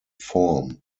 form